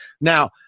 Now